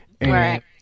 Right